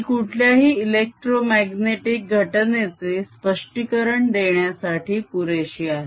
ही कुठल्याही इलेक्ट्रोमाग्नेटीक घटनेचे स्पष्टीकरण देण्यासाठी पुरेशी आहेत